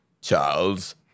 Charles